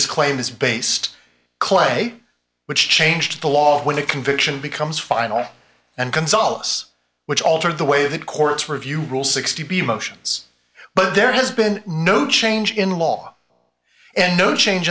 a claim is based clay which changed the law when a conviction becomes final and gonzales which alter the way the courts review rule sixty b motions but there has been no change in law and no change